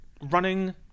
running